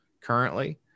currently